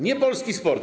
Nie polski sport.